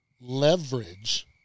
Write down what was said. leverage